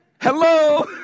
Hello